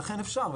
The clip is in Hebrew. ולכן אפשר,